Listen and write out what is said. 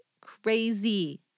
crazy